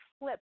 flip